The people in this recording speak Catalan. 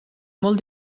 molt